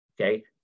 okay